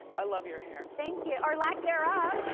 i love your hair. thank you, or lack there of.